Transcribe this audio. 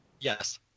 Yes